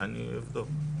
אני אבדוק.